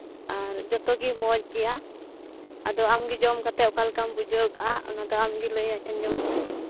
ᱟᱨ ᱡᱚᱛᱚᱜᱮ ᱢᱚᱡᱽ ᱜᱮᱭᱟ ᱟᱫᱚ ᱟᱢᱜᱮ ᱡᱚᱢ ᱠᱟᱛᱮᱜ ᱚᱠᱟ ᱞᱮᱠᱟᱢ ᱵᱩᱡᱷᱟᱹᱣ ᱟᱠᱟᱫᱟ ᱚᱱᱟᱫᱚ ᱟᱢᱜᱮ ᱞᱟᱹᱭ ᱟᱸᱡᱚᱢᱟᱹᱧ ᱢᱮ